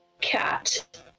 cat